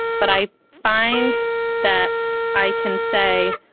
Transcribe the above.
but i find that i can say,